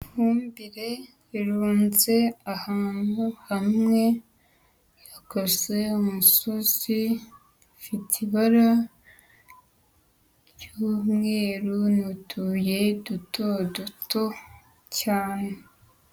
Ifumbire irunze ahantu hamwe yakoze umusozi, ifite ibara ry'umweru. Ni utubuye duto duto cyane.